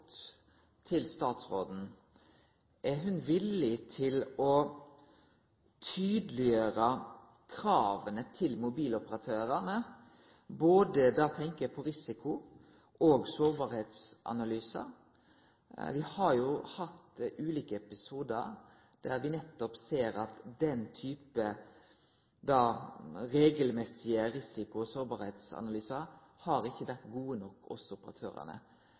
til statsråden er eigentleg ganske kort: Er ho villig til å tydeliggjere krava til mobiloperatørane – da tenkjer eg på risiko- og sårbarheitsanalysar? Me har jo hatt ulike episodar der vi nettopp ser at den typen regelmessige risiko- og sårbarheitsanalysar ikkje har vore gode nok